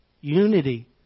Unity